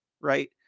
right